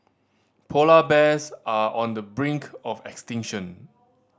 polar bears are on the brink of extinction